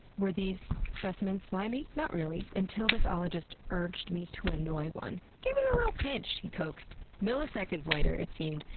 were these specimens slimy? not really, until this ologist urged me to annoy one. give it a little pinch, he coaxed. milliseconds later, it seemed,